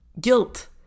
guilt